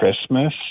christmas